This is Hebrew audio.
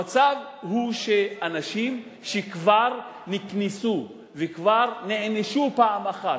המצב הוא של אנשים שכבר נקנסו וכבר נענשו פעם אחת,